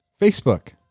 Facebook